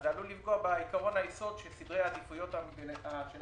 זה עלול לפגוע בעיקרון היסוד של סדרי העדיפויות של המדינה,